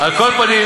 על כל פנים,